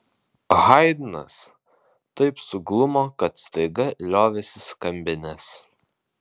haidnas taip suglumo kad staiga liovėsi skambinęs